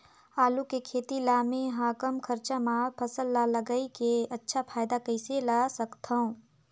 आलू के खेती ला मै ह कम खरचा मा फसल ला लगई के अच्छा फायदा कइसे ला सकथव?